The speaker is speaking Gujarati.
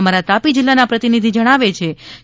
અમારા તાપી જિલ્લાના પ્રતિનિધી જણાવે છે કે